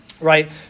Right